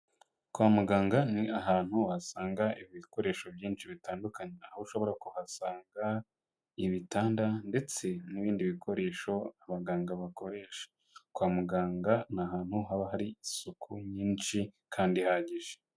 Kwa muganga ni ahantu wasanga ibikoresho byinshi bitandukanye aho ushobora kuhasanga ibitanda ndetse n'ibindi bikoresho abaganga bakoresha, kwa muganga ni ahantu haba hari isuku nyinshi kandi ihagije.